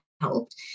helped